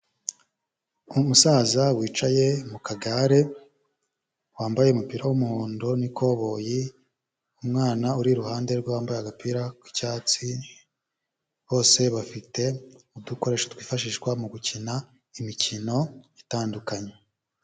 Umusaza wicaye mu kagare, wambaye umupira w'umuhondo n'ikoboyi, umwana uri iruhande rwe wambaye agapira k'icyatsi, bose bafite udukoresho twifashishwa mu gukina imikino itandukanye.